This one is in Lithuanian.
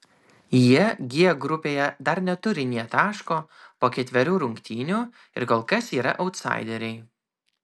jie g grupėje dar neturi nė taško po ketverių rungtynių ir kol kas yra autsaideriai